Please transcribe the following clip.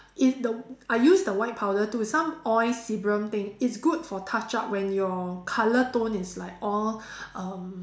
it's the I use the white powder to some oil serum thing it's good for touch up when your colour tone is like all um